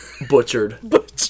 butchered